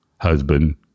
husband